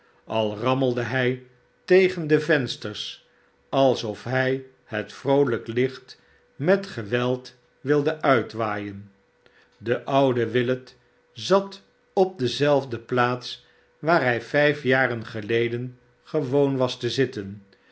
al rammelde hij tegen de vensters alsof hij het vroolijke licht met geweld wilde uitwaaien de oude willet zat op dezelfde plaats waar hij vijf jaren geleden gewoon was te zitten